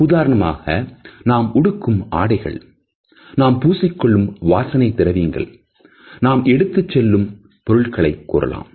உதாரணமாக நாம் உடுக்கும் ஆடைகள் நாம் பூசிக்கொள்ளும் வாசனை திரவியங்கள் நாம் எடுத்துச் சொல்லும் பொருட்களை கூறலாம்